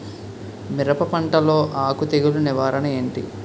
మిరప పంటలో ఆకు తెగులు నివారణ ఏంటి?